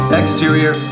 exterior